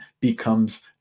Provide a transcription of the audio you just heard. becomes